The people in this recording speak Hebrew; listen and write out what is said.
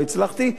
לא הצלחתי.